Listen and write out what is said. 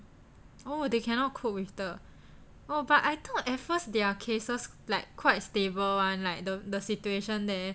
oh they cannot cope with the oh but I thought at first their cases like quite stable [one] like the the situation there